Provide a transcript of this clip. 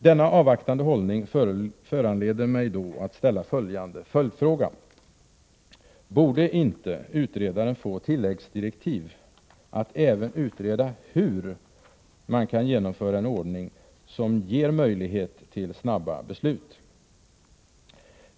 Denna avvaktande hållning föranleder mig att ställa denna följdfråga: Borde inte utredaren få tilläggsdirektiv att även utreda hur man kan genomföra en ordning som ger möjlighet till snabba beslut?